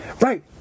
Right